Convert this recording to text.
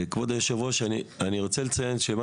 כבוד היושב-ראש, אני רוצה לציין שאני